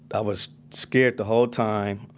i was scared the whole time. um,